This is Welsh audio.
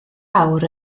awr